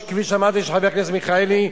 כפי שאמרתי, בראשותו של חבר הכנסת מיכאלי,